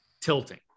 tilting